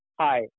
Hi